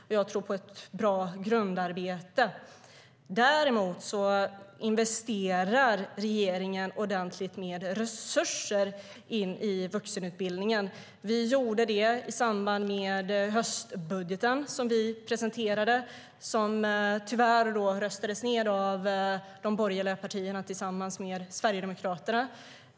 Och jag tror på ett bra grundarbete. Däremot investerar regeringen ordentligt med resurser i vuxenutbildningen. Vi gjorde det i samband med höstbudgeten som vi presenterade, som tyvärr röstades ned av de borgerliga partierna tillsammans med Sverigedemokraterna.